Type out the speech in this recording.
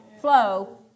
flow